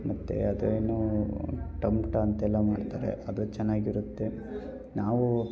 ಮತ್ತು ಅದೇನು ಟಮ್ಟಾ ಅಂತೆಲ್ಲ ಮಾಡ್ತಾರೆ ಅದು ಚೆನ್ನಾಗಿರುತ್ತೆ ನಾವೂ